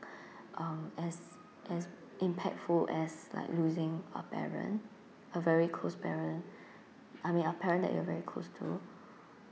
um as as impactful as like losing a parent a very close parent I mean a parent that you are very close to